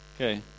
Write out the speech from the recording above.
Okay